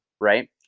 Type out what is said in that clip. Right